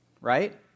right